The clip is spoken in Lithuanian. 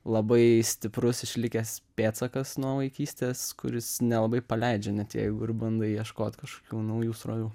labai stiprus išlikęs pėdsakas nuo vaikystės kuris nelabai paleidžia net jeigu ir bandai ieškot kažkokių naujų srovių